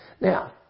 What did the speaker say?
Now